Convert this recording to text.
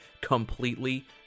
completely